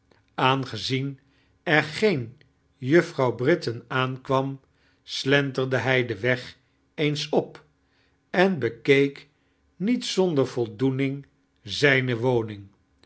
aangezien ear geen juffrouw britain aankwam slenterde hij den weg eems op en bekieek niet zonder voldoening zijne waning